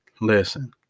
Listen